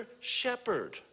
shepherd